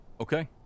Okay